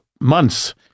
months